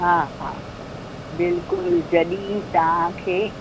हा हा बिल्कुलु जॾहिं तव्हांखे